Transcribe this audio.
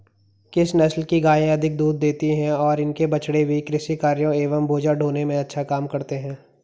किस नस्ल की गायें अधिक दूध देती हैं और इनके बछड़े भी कृषि कार्यों एवं बोझा ढोने में अच्छा काम करते हैं?